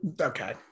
Okay